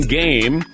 game